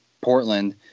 Portland